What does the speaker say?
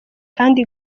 kandi